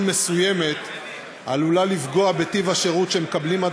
מסוימת עלולה לפגוע בטיב השירות שהדיירים מקבלים.